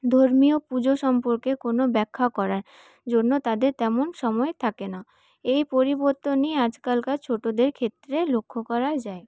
ধর্মীয় পুজো সম্পর্কে কোন ব্যাখ্যা করার জন্য তাদের তেমন সময় থাকেনা এই পরিবর্তনই আজকালকার ছোটদের ক্ষেত্রে লক্ষ্য করা যায়